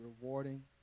rewarding